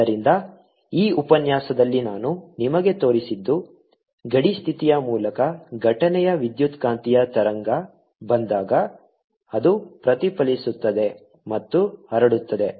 ಆದ್ದರಿಂದ ಈ ಉಪನ್ಯಾಸದಲ್ಲಿ ನಾನು ನಿಮಗೆ ತೋರಿಸಿದ್ದು ಗಡಿ ಸ್ಥಿತಿಯ ಮೂಲಕ ಘಟನೆಯ ವಿದ್ಯುತ್ಕಾಂತೀಯ ತರಂಗ ಬಂದಾಗ ಅದು ಪ್ರತಿಫಲಿಸುತ್ತದೆ ಮತ್ತು ಹರಡುತ್ತದೆ